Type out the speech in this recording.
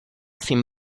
sin